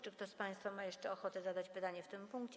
Czy ktoś z państwa ma jeszcze ochotę zadać pytanie w tym punkcie?